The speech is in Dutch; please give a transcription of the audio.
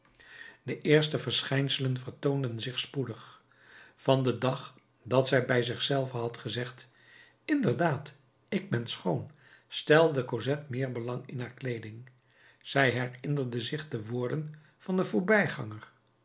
de eerste verschijnselen vertoonden zich spoedig van den dag dat zij bij zich zelve had gezegd inderdaad ik ben schoon stelde cosette meer belang in haar kleeding zij herinnerde zich de woorden van den voorbijganger